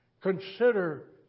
consider